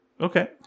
Okay